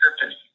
purpose